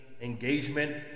engagement